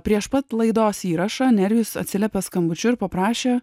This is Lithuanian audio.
prieš pat laidos įrašą nerijus atsiliepė skambučiu ir paprašė